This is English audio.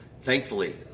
thankfully